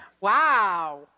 Wow